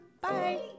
Bye